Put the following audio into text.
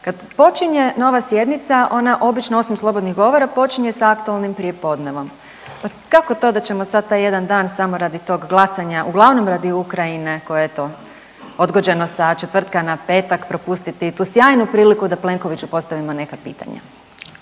kad počinje nova sjednica ona obično osim slobodnih govora počinje sa aktualnim prijepodnevom. Pa kako to da ćemo sad taj jedan dan samo radi tog glasanja, uglavnom radi Ukrajine koja je eto odgođena sa četvrtka na petak propustiti tu sjajnu priliku da Plenkoviću postavimo neka pitanja.